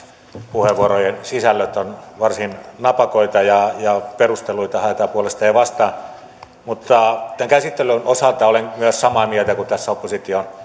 puheenvuorojen sisällöt ovat varsin napakoita ja ja perusteluita haetaan puolesta ja vastaan mutta tämän käsittelyn osalta olen myös samaa mieltä kuin tässä opposition